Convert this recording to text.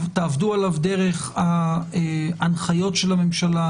תעבדו עליו דרך ההנחיות של הממשלה,